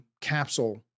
capsule